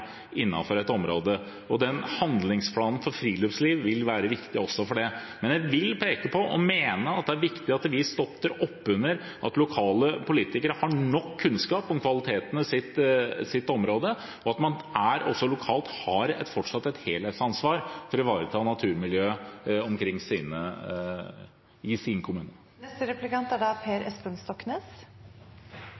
innenfor et område. Handlingsplanen for friluftsliv vil være viktig også for det. Jeg vil peke på og mene at det er viktig at vi støtter opp under at lokale politikere har nok kunnskap om kvalitetene i sitt område, og at man lokalt fortsatt har et helhetsansvar for å ivareta naturmiljøet i sin